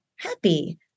happy